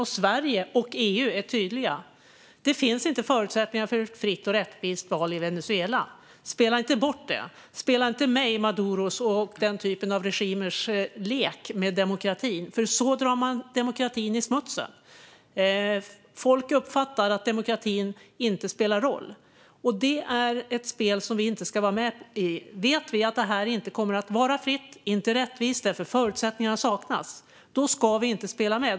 Och Sverige och EU är tydliga: Det finns inte förutsättningar för ett fritt och rättvist val i Venezuela. Spela inte bort det. Spela inte med i Maduros regims och den typen av regimers lek med demokratin. Så drar man nämligen demokratin i smutsen. Folk uppfattar att demokratin inte spelar roll. Det är ett spel som vi inte ska vara med i. Vet vi att detta val inte kommer att vara fritt och rättvist eftersom förutsättningarna saknas, då ska vi inte spela med.